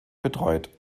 betreut